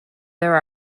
there